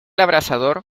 abrasador